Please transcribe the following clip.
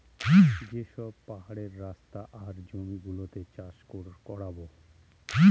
যে সব পাহাড়ের রাস্তা আর জমি গুলোতে চাষ করাবো